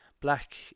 black